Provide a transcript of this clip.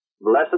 Blessed